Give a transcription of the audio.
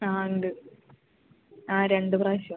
ആ ഉണ്ട് ആ രണ്ട് പ്രാവശ്യം